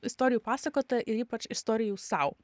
istorijų pasakotoja ir ypač istorijų sau